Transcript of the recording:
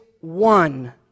one